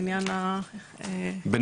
לעניין ה- בנועם,